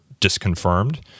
disconfirmed